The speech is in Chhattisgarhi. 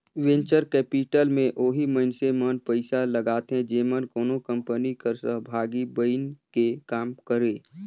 वेंचर कैपिटल में ओही मइनसे मन पइसा लगाथें जेमन कोनो कंपनी कर सहभागी बइन के काम करें